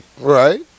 Right